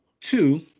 two